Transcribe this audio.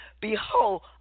behold